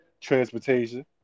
transportation